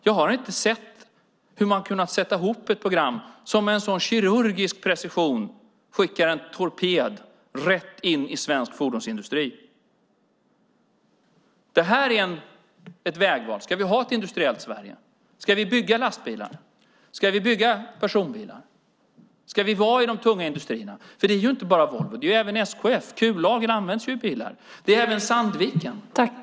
Jag har inte sett hur man har kunnat sätta ihop ett program som med en så kirurgisk precision skickar en torped rätt in i svensk fordonsindustri. Detta är ett vägval. Ska vi ha ett industriellt Sverige? Ska vi bygga lastbilar? Ska vi bygga personbilar? Ska vi vara i de tunga industrierna? Det handlar inte bara om Volvo utan även om SKF. Kullager används i bilar. Det handlar även om Sandvik.